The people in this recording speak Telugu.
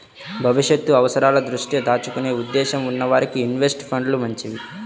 భవిష్యత్తు అవసరాల దృష్ట్యా దాచుకునే ఉద్దేశ్యం ఉన్న వారికి ఇన్వెస్ట్ ఫండ్లు మంచివి